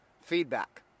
feedback